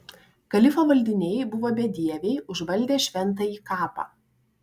kalifo valdiniai buvo bedieviai užvaldę šventąjį kapą